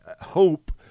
hope